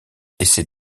essaye